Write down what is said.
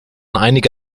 einige